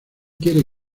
quiere